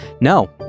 No